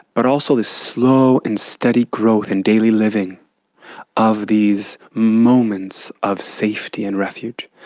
but also this slow and steady growth in daily living of these moments of safety and refuge.